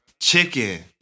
Chicken